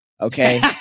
Okay